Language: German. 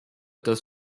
dass